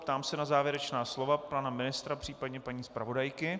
Ptám se na závěrečná slova pana ministra, případně paní zpravodajky.